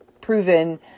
proven